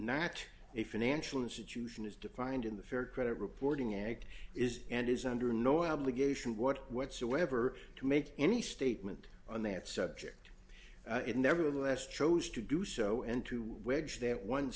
not a financial institution as defined in the fair credit reporting act is and is under no obligation whatsoever to make any statement on that subject it nevertheless chose to do so and to wedge that one